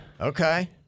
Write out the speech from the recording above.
okay